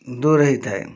ଦୂର ହେଇଥାଏ